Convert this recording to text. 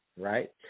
right